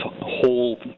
whole